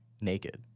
naked